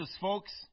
folks